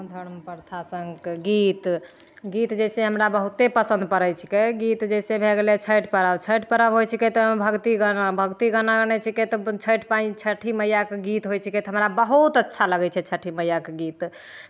घरमे प्रथासभके गीत गीत जैसे हमरा बहुते पसन्द पड़ै छिकै गीत जे छै भए गेलै छठि पर्व तऽ छठि पर्व होइ छिकै तऽ ओहिमे भक्ति गाना भक्ति गाना नहि छिकै तऽ छठि माइ छठि मैयाके गीत होइ छिकै तऽ हमरा बहुत अच्छा लगै छै छठि मैयाके गीत